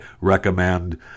recommend